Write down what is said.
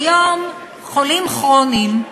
כיום חולים כרוניים,